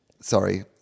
Sorry